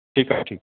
ठीकु आहे ठीकु